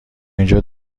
اینجا